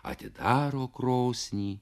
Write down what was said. atidaro krosnį